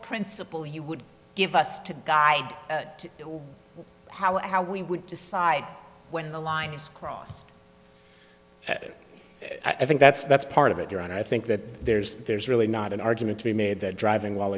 principle he would give us to guide at how and how we would decide when the line is crossed and i think that's that's part of it there and i think that there's there's really not an argument to be made that driving while